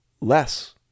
less